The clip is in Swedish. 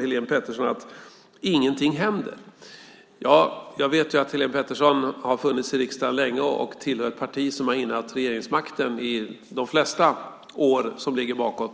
Helene Petersson säger att inget händer. Jag vet att Helene Petersson har suttit i riksdagen länge och ingår i ett parti som har innehaft regeringsmakten i de flesta år som ligger bakåt.